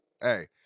Hey